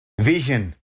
Vision